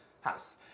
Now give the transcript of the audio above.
house